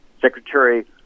Secretary